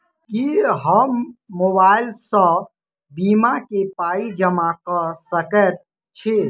की हम मोबाइल सअ बीमा केँ पाई जमा कऽ सकैत छी?